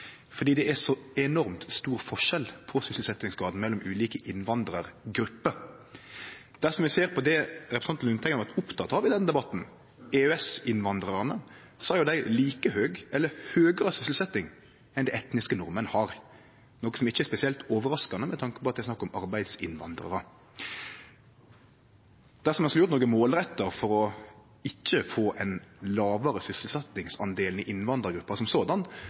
fordi det er så enormt stor forskjell på sysselsetjingsgraden mellom ulike innvandrargrupper. Dersom vi ser på det som representanten Lundteigen har vore oppteken av i denne debatten, EØS-innvandrarane, har jo dei høgare grad av sysselsetjing enn etniske nordmenn, noko som ikkje er spesielt overraskande med tanke på at det er snakk om arbeidsinnvandrarar. Dersom ein skulle gjort noko målretta for ikkje å få ein lågare sysselsetjingsgrad i